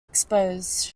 exposed